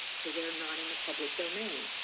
so they're not in the public domain.